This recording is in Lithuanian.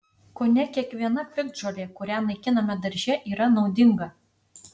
kone kiekviena piktžolė kurią naikiname darže yra naudinga